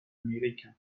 amerika